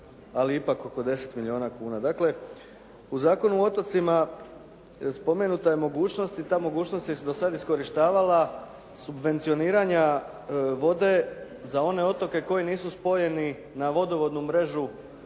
ali ipak oko 10 milijuna kuna. Dakle, u Zakonu o otocima spomenuta je mogućnost i ta mogućnost se do sada iskorištavala subvencioniranja vode za one otoke koji nisu spojeni na vodovodnu mrežu